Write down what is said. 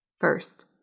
First